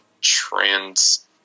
trans